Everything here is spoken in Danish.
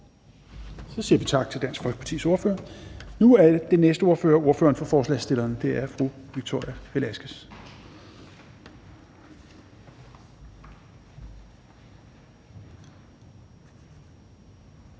Så siger vi tak til Dansk Folkepartis ordfører. Nu er den næste ordfører ordføreren for forslagsstillerne, og det er fru Victoria Velasquez.